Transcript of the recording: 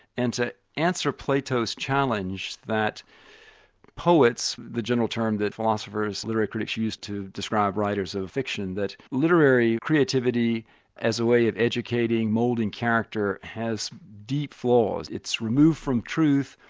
and to answer plato's challenge that poets, the general terms the philosophers, literary critics use to describe writers of fiction, that literary creativity as a way of educating, moulding character, has deep flaws. it's removed from truth,